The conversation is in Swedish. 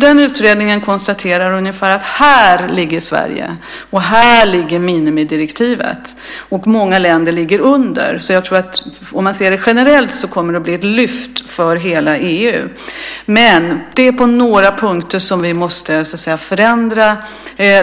Den utredningen konstaterar att Sverige ligger högt över minimidirektivet. Många länder ligger under. Så jag tror att om man ser det generellt kommer det att bli ett lyft för hela EU. Men på några punkter måste vi förändra